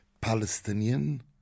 Palestinian